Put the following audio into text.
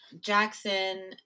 Jackson